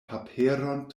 paperon